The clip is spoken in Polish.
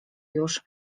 już